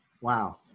Wow